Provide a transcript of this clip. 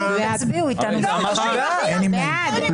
הצבעה לא אושרו.